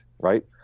right